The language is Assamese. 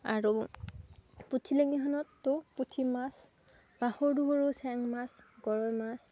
আৰু পুঠিলাঙিখনততো পুঠি মাছ বা সৰু সৰু চেং মাছ গৰৈ মাছ